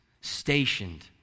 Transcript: stationed